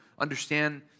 understand